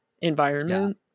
environment